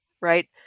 right